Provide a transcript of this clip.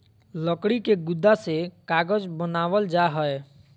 लकड़ी के गुदा से कागज बनावल जा हय